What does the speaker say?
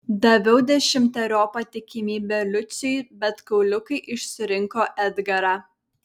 daviau dešimteriopą tikimybę lucijui bet kauliukai išsirinko edgarą